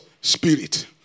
Spirit